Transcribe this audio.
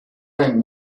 rang